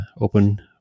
open